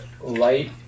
Light